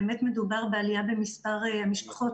באמת מדובר בעלייה במספר המשפחות